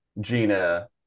Gina